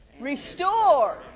Restore